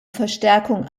verstärkung